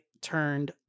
turned